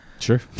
sure